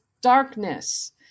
darkness